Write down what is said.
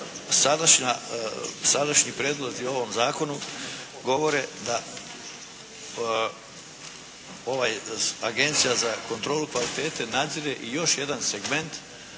sadašnji prijedlozi ovom zakonu govore da Agencija za kontrolu kvalitete nadzire još jedan segment,